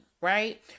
right